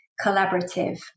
collaborative